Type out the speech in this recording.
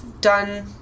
done